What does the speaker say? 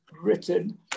written